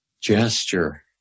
gesture